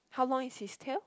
how long is his tail